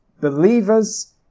Believers